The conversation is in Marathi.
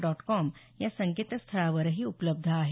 डॉट कॉम या संकेतस्थळावरही उपलब्ध आहे